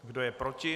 Kdo je proti?